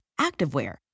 activewear